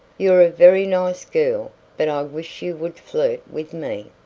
you're a very nice girl but i wish you would flirt with me,